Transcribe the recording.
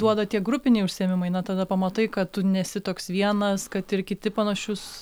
duoda tie grupiniai užsiėmimai na tada pamatai kad tu nesi toks vienas kad ir kiti panašius